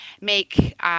make